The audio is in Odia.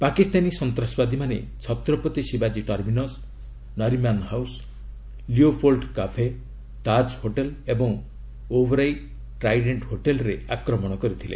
ପାକିସ୍ତାନୀ ସନ୍ତାସବାଦୀମାନେ ଛତ୍ରପତି ଶିବାଜୀ terminus Nariman house Leopold cafe Taj hotel ଏବଂ ଓବରାଇ ଟ୍ରାଇଡେଣ୍ଟ ହୋଟେଲ୍ରେ ଆକ୍ରମଣ କରିଥିଲେ